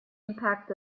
impact